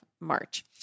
March